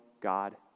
God